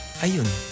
Ayun